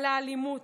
על האלימות,